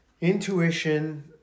Intuition